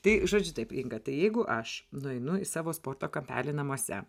tai žodžiu taip inga tai jeigu aš nueinu į savo sporto kampelį namuose